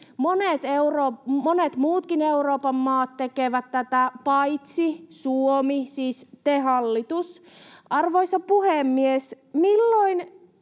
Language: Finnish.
Monet muutkin Euroopan maat tekevät tätä paitsi Suomi — siis te, hallitus. Arvoisa puhemies! Milloin